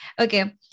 okay